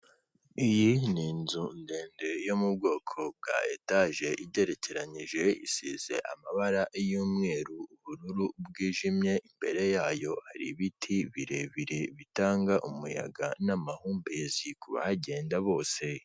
Iyi ni inzu ndende yo mu bwoko bwa etage igerekeyije isize amabara y'umweru ubururu bwijimye imbere yayo hari ibiti birebire bitanga umuyaga n'amahumbezi ku bahagenda bose.